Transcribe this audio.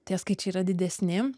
tie skaičiai yra didesni